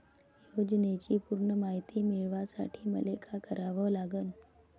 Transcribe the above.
योजनेची पूर्ण मायती मिळवासाठी मले का करावं लागन?